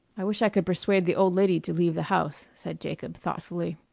i wish i could persuade the old lady to leave the house, said jacob, thoughtfully.